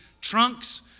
trunks